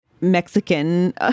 mexican